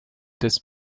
des